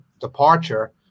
departure